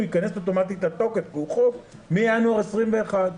הוא ייכנס אוטומטית לתוקף מינואר 2021,